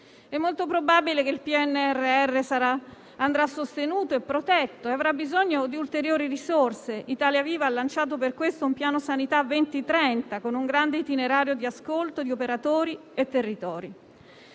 È molto probabile che il PNRR andrà sostenuto e protetto e avrà bisogno di ulteriori risorse. Italia Viva ha lanciato per questo un piano sanità 2030, con un grande itinerario di ascolto di operatori e territori.